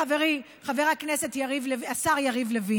לחברי חבר הכנסת יריב לוין,